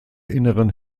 inneren